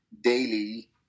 daily